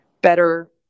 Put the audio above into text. better